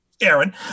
Aaron